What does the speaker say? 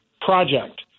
project